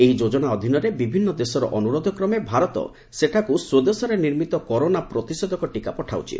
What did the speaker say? ଏହି ଯୋଜନା ଅଧୀନରେ ବିଭିନ୍ନ ଦେଶର ଅନୁରୋଧ କ୍ରମେ ଭାରତ ସେଠାକୁ ସ୍ପଦେଶରେ ନିର୍ମିତ କରୋନା ପ୍ରତିଷେଧକ ଟିକା ପଠାଉଛି